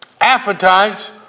appetites